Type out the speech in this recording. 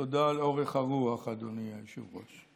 תודה על אורך הרוח, אדוני היושב-ראש.